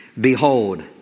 behold